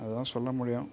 அதுதான் சொல்ல முடியும்